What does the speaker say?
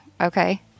Okay